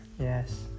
Yes